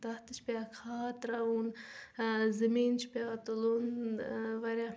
تتھ تہِ چھِ پیٚوان کھاد تراوُن ٲں زمیٖن چھُ پیٚوان تُلُن ٲں واریاہ